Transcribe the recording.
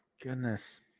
goodness